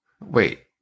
Wait